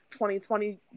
2020